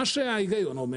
ההיגיון אומר